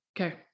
Okay